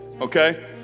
Okay